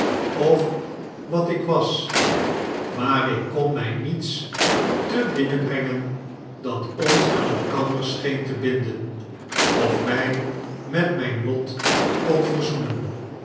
of wat ik was maar ik kon mij niets te binnen brengen dat ons aan lkander scheen te binden of mij met mijn lot kon verzoenen